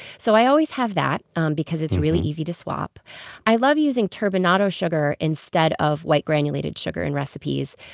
so i always have that um because it's really easy to swap i love using turbinado sugar instead of white granulated sugar in recipes.